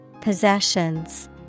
Possessions